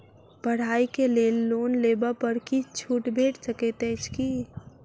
पढ़ाई केँ लेल लोन लेबऽ पर किछ छुट भैट सकैत अछि की?